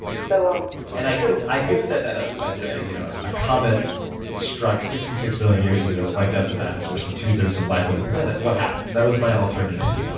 so um and i so i could set that up by saying you know a comet struck sixty six million years ago that wiped out the dinosaurs and two-thirds of life on the planet. what happened? that was my alternative.